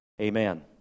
amen